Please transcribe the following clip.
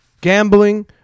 gambling